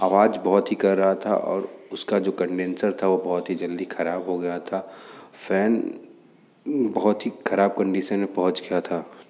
आवाज बहुत ही कर रहा था और उसका जो कंडेनसर था वह बहुत ही जल्दी ख़राब हो गया था फ़ैन बहुत ही ख़राब कंडीशन में पहुँच गया था